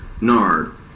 nard